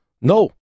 no